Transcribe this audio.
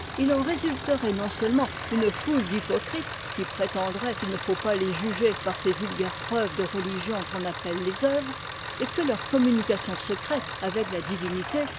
il en résulterait non-seulement une foule d'hypocrites qui prétendraient qu'il ne faut pas les juger par ces vulgaires preuves de religion qu'on appelle les œuvres et que leurs communications secrètes avec la divinité